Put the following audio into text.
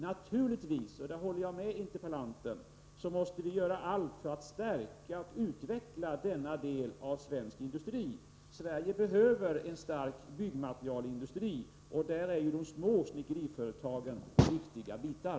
Naturligtvis — och där håller jag med interpellanten — måste vi göra allt för att stärka och utveckla denna del av svensk industri. Sverige behöver en stark byggmaterialindustri, och där är ju de små snickeriföretagen viktiga bitar.